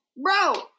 Bro